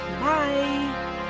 bye